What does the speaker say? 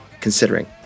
considering